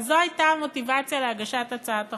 אז זו הייתה המוטיבציה להגשת הצעת החוק.